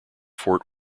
fort